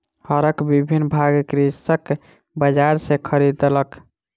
हरक विभिन्न भाग कृषक बजार सॅ खरीदलक